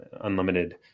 unlimited